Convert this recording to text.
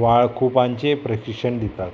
वाळखुपांचे प्रशिक्षण दितात